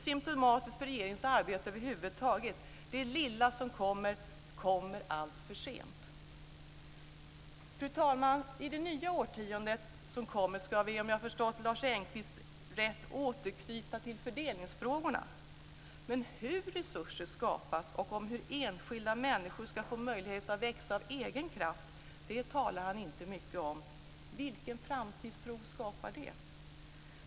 Symtomatiskt för regeringens arbete över huvud taget är att det lilla som kommer, det kommer alltför sent. Fru talman! Under det nya årtionde som kommer ska vi, om jag har förstått Lars Engqvist rätt, återknyta till fördelningsfrågorna. Men hur resurser skapas och hur enskilda människor ska få möjlighet att växa av egen kraft talar han inte mycket om. Vilken framtidstro skapar det?